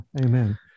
amen